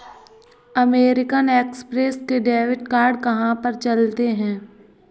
American Express के debit card कहाँ पर चलते हैं?